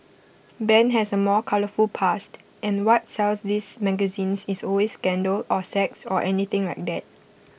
Ben has A more colourful past and what sells these magazines is always scandal or sex or anything like that